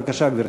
בבקשה, גברתי.